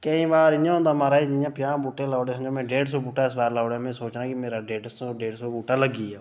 केईं बार इ'यां होंदे माराज जि'यां प'ञां बूह्टे लाई ओड़े जि'यां में डेढ़ सौ बूहटा इस साल लाई ओड़ेआ में सोचना कि मेरा डेढ़ सौ डेढ़ सौ बूह्टा लग्गी गेआ